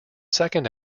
second